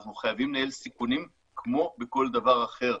אנחנו חייבים לנהל סיכונים כמו בכל דבר אחר.